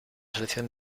selección